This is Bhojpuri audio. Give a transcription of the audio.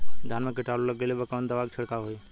धान में कीटाणु लग गईले पर कवने दवा क छिड़काव होई?